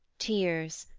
tears,